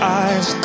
eyes